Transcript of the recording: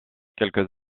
quelques